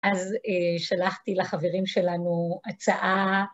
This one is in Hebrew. אז אה שלחתי לחברים שלנו הצעה.